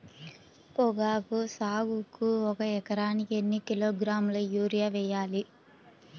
పొగాకు సాగుకు ఒక ఎకరానికి ఎన్ని కిలోగ్రాముల యూరియా వేయాలి?